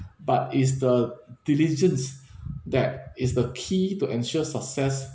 but is the diligence that is the key to ensure success